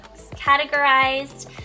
categorized